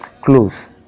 close